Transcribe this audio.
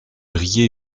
riait